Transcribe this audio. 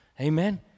Amen